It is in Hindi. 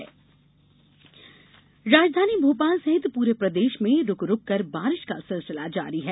मौसम राजधानी भोपाल सहित पूरे प्रदेश में रूक रूककर बारिष का सिलसिला जारी है